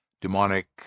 demonic